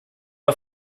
auf